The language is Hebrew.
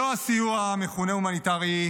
אדוני היושב-ראש,